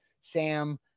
Sam